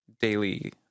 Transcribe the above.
daily